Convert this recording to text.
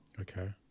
Okay